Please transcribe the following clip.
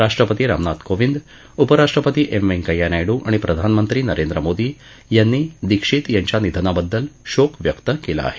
राष्ट्रपती रामनाथ कोविंद उपराष्ट्रपती एम वैंकय्या नायडू आणि प्रधानमंत्री नरेंद्र मोदी यांनी दीक्षित यांच्या निधनाबद्दल शोक व्यक्त् केला आहे